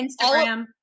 Instagram